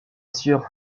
sieur